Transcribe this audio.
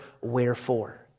wherefore